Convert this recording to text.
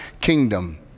kingdom